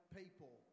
people